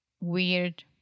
Weird